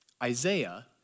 Isaiah